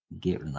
Get